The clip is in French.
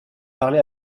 parler